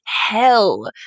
hell